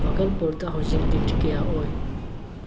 ꯚꯒꯜꯄꯨꯔꯗ ꯍꯧꯖꯤꯛ ꯗꯤꯒ꯭ꯔꯤ ꯀꯌꯥ ꯑꯣꯏ